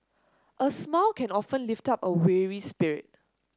a smile can often lift up a weary spirit